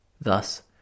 Thus